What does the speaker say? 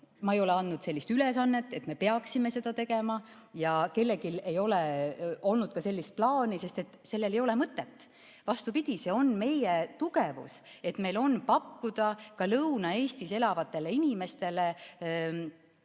Ma ei ole andnud ülesannet, et me peaksime seda tegema, ja kellelgi ei ole ka olnud sellist plaani, sest sellel ei ole mõtet. Vastupidi, see on meie tugevus, et meil on pakkuda ka Lõuna-Eestis elavatele inimestele